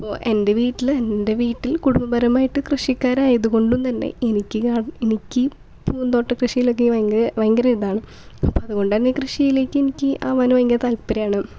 അപ്പോൾ എൻ്റെ വീട്ടില് എൻ്റെ വീട്ടിൽ കുടുംബപരമായിട്ട് കൃഷിക്കാരായതുകൊണ്ടും തന്നെ എനിക്ക് എനിക്ക് പൂന്തോട്ട ശീലമൊക്കെ ഭയങ്കര ഭയങ്കര ഇതാണ് അപ്പോൾ അതുകൊണ്ടുതന്നെ കൃഷിയിലേക്ക് എനിക്ക് ആവാൻ ഭയങ്കര താല്പര്യമാണ്